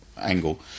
angle